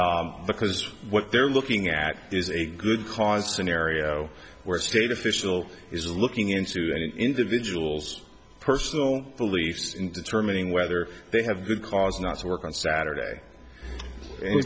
now because what they're looking at is a good cause scenario where a state official is looking into an individual's personal beliefs in determining whether they have good cause not to work on saturday